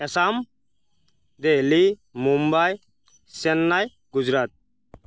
Assam Delhi Mumbai Chennai Gujarat